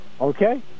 Okay